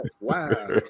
Wow